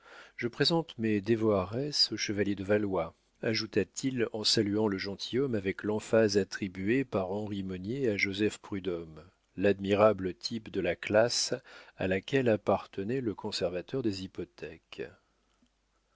je présente mes devoares au chevalier de valois ajouta-t-il en saluant le gentilhomme avec l'emphase attribuée par henri monnier à joseph prud'homme l'admirable type de la classe à laquelle appartenait le conservateur des hypothèques